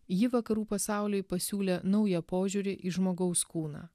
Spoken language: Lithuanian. ji vakarų pasauliui pasiūlė naują požiūrį į žmogaus kūną